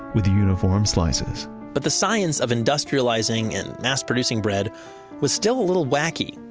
with uniform slices but the science of industrializing and mass producing bread was still a little wacky.